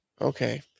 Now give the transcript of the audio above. Okay